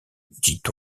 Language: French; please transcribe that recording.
dit